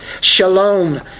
Shalom